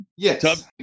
Yes